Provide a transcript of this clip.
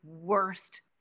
worst